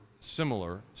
similar